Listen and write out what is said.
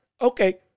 okay